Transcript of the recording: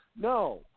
no